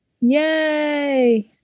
Yay